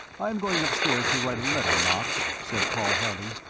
i am going upstairs to write a letter, knox, said paul harley.